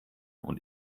und